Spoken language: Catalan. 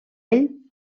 ell